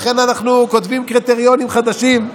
לכן אנחנו כותבים קריטריונים חדשים.